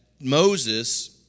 Moses